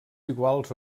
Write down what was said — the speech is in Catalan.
iguals